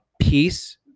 peace